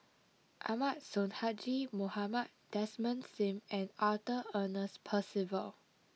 Ahmad Sonhadji Mohamad Desmond Sim and Arthur Ernest Percival